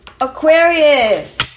Aquarius